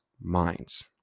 minds